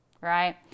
right